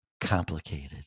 complicated